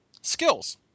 skills